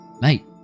Mate